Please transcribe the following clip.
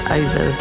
over